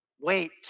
wait